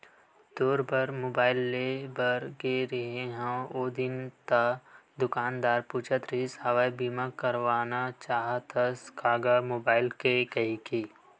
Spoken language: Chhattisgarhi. तोर बर मुबाइल लेय बर गे रेहें हव ओ दिन ता दुकानदार पूछत रिहिस हवय बीमा करना चाहथस का गा मुबाइल के कहिके